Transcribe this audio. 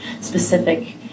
specific